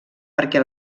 perquè